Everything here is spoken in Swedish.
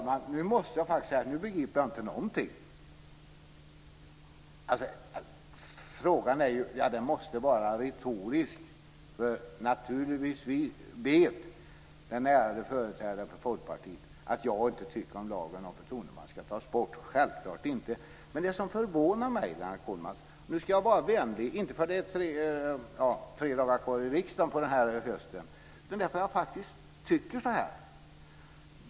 Fru talman! Jag måste faktiskt säga att nu begriper jag inte någonting. Frågan måste vara retorisk, för naturligtvis vet den ärade företrädaren för Folkpartiet att jag inte tycker att lagen om förtroendeman ska tas bort, självklart inte. Nu ska jag vara vänlig, inte för att det är tre dagar kvar i riksdagen den här hösten utan därför att jag faktiskt tycker så här.